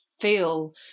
feel